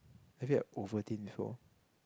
have you had Ovaltine before